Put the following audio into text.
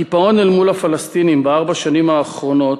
הקיפאון אל מול הפלסטינים בארבע השנים האחרונות,